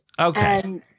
Okay